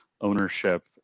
ownership